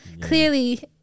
clearly